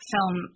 Film